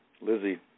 Lizzie